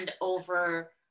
over